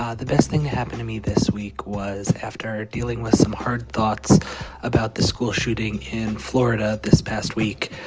ah the best thing that happened to me this week was, after dealing with some hard thoughts about the school shooting in florida this past week,